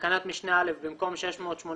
(1)בתקנת משנה (א), במקום "680.02"